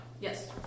Yes